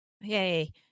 yay